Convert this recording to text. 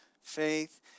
faith